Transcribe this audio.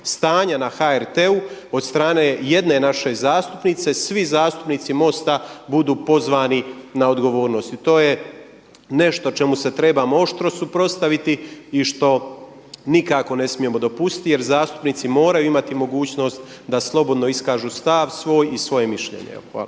stanja na HRT-u od strane jedne naše zastupnice svi zastupnici MOST-a budu pozvani na odgovornost. I to je nešto čemu se trebamo oštro suprotstaviti i što nikako ne smijemo dopustiti jer zastupnici moraju imati mogućnost da slobodno iskažu stav svoj i svoje mišljenje. Evo